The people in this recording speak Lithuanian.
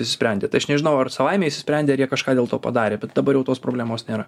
išsisprendė tai aš nežinau ar savaime išsisprendė ar jie kažką dėl to padarė bet dabar jau tos problemos nėra